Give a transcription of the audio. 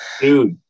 Dude